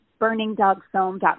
burningdogfilm.com